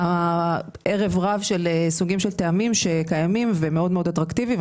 ערב רב של סוגים של טעמים שקיימים ומאוד מאוד אטרקטיביים.